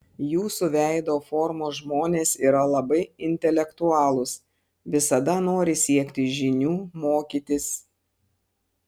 jūsų veido formos žmonės yra labai intelektualūs visada nori siekti žinių mokytis